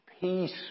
peace